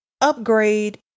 upgrade